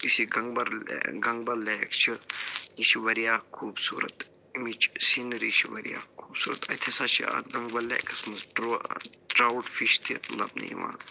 یُس یہِ گَنٛگبَل گَنٛگبَل لیک چھِ یہِ چھِ واریاہ خوٗبصوٗرَت اَمِچ سیٖنری چھِ واریاہ خوٗبصوٗرَت اَتہِ ہسا چھِ اَتھ گَنٛگبَل لیکَس منٛز ٹرٛو ٹرٛاوُٹ فِش تہِ لَبنہٕ یِوان